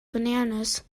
bananas